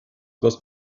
was